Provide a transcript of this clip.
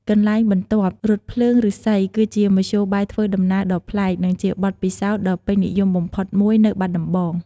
កន្លែងបន្ទាប់ រថភ្លើងឫស្សីគឺជាមធ្យោបាយធ្វើដំណើរដ៏ប្លែក និងជាបទពិសោធន៍ដ៏ពេញនិយមបំផុតមួយនៅបាត់ដំបង។